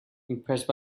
impressed